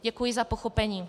Děkuji za pochopení.